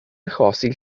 achosi